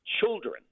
children